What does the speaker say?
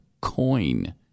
coin